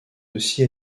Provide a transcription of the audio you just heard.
aussi